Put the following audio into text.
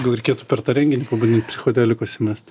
gal reikėtų per tą renginį pabandyt psichodelikos įmest